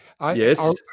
Yes